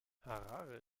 harare